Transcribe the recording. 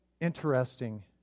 interesting